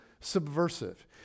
subversive